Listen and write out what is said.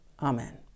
Amen